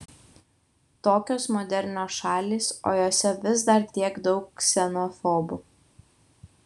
tokios modernios šalys o jose vis dar tiek daug ksenofobų